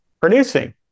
producing